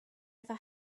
never